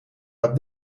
dat